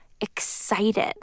excited